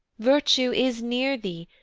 virtue is near thee,